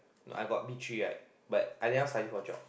I got B three lah but I didn't study for geog